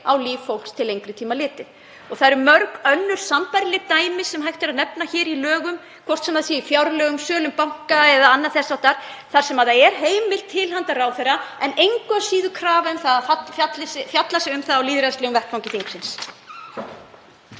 á líf fólks til lengri tíma litið. Það eru mörg önnur sambærileg dæmi sem hægt er að nefna í lögum, hvort sem það er í fjárlögum, um sölu banka eða annað þess háttar, þar sem er heimild til handa ráðherra en engu að síður krafa um að fjallað sé um það á lýðræðislegum vettvangi þingsins.